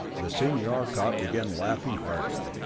the senior arcot began laughing heartily,